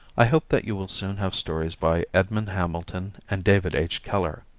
i hope that you will soon have stories by edmond hamilton and david h. keller.